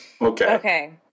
Okay